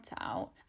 out